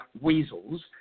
weasels